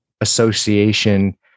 association